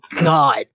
god